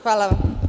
Hvala.